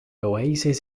oasis